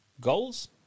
Goals